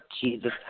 Jesus